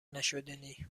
نشدنی